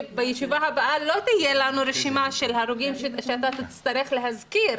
שבישיבה הבאה לא תהיה לנו רשימה של הרוגים שאתה תצטרך להזכיר.